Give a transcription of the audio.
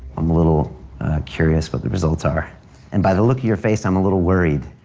i'm a little curious what the results are and by the look of your face, i'm a little worried.